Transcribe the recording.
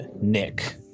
Nick